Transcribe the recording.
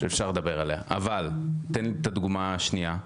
תן לי את הדוגמה השנייה.